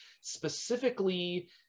specifically